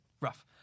rough